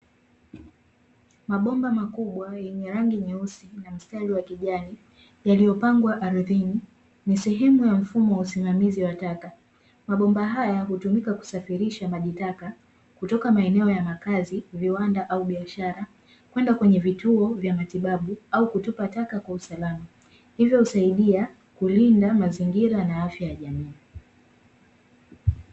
Mabomba makubwa yenye rangi nyeusi na mstari wa kijani, yaliyopangwa ardhini, ni sehemu ya mfumo wa usimamizi wa taka. Mabomba haya hutumika kusafirisha maji taka, kutoka maeneo ya makazi, viwanda au biashara; kwenda kwenye vituo vya matibabu au kutupa taka kwa usalama. Hivyo husaidia kulinda mazingira na afya ya jamii.